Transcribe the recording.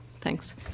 Thanks